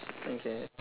okay